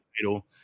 title